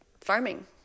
farming